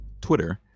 Twitter